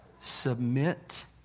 submit